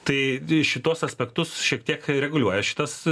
tai šituos aspektus šiek tiek reguliuoja šitas